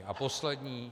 A poslední.